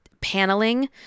paneling